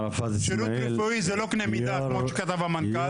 שירות רפואי זה לא קנה מידה כמו שכתב המנכ"ל.